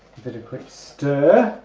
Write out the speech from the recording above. bit of quick stir